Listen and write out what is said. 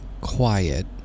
quiet